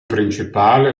principale